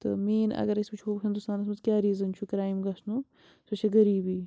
تہٕ مین اگر أسۍ وُچھو ہنٛدوستانَس منٛز کیٛاہ ریٖزَن چھُ کرٛایِم گژھنُک سۄ چھِ غریٖبی